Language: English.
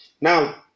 Now